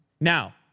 Now